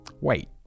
wait